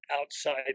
outside